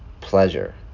pleasure